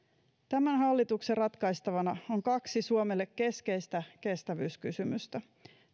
tämän hallituksen ratkaistavana on kaksi suomelle keskeistä kestävyyskysymystä